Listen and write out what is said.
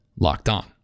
LOCKEDON